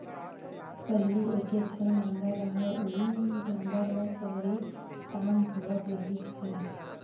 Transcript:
पहिली एके ठन नांगर रहय उहीं नांगर म सरी काम होवत रिहिस हे